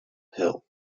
hill